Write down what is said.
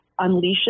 unleashes